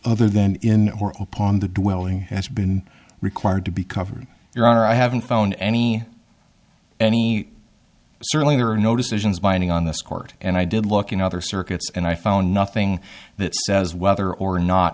other then in upon the dwelling has been required to be covered there are i haven't found any any certainly there are no decisions binding on this court and i did look in other circuits and i found nothing that says whether or not